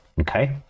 Okay